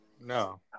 No